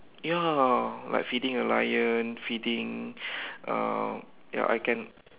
ya like feeding a lion feeding uh ya I can